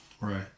Right